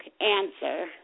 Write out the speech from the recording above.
answer